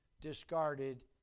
discarded